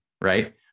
right